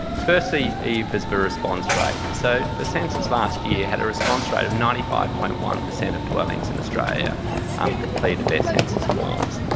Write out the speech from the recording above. firstly, there is the response rate. so, the census last year had a response rate of ninety five point one per cent of dwellings in australia um completed their census forms.